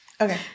Okay